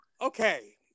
okay